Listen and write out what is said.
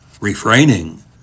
refraining